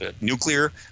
nuclear